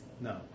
No